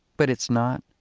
but it's not.